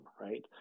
right